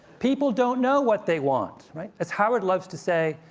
people don't know what they want! as howard loves to say,